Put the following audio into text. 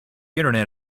internet